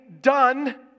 done